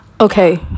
okay